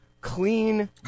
clean